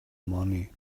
money